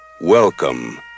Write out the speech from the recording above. welcome